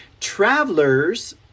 Travelers